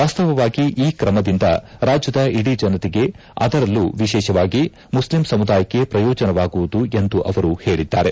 ವಾಸ್ತವವಾಗಿ ಈ ್ರಮದಿಂದ ರಾಜ್ಯದ ಇಡೀ ಜನತೆಗೆ ಅದರಲ್ಲೂ ವಿಶೇಷವಾಗಿ ಮುಸ್ಲಿಂ ಸಮುದಾಯಕ್ಕೆ ಪ್ರಯೋಜನವಾಗುವುದು ಎಂದು ಅವರು ಹೇಳಿದ್ದಾರೆ